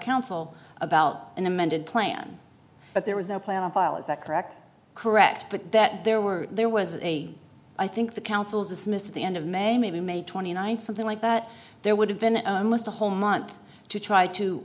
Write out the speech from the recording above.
counsel about an amended plan but there was no play on file is that correct correct but that there were there was a i think the counsel's dismissed at the end of may maybe may twenty ninth something like that there would have been a whole month to try